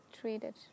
treated